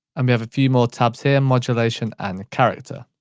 and we have a few more tabs here, modulation and character.